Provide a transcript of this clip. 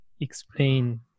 explain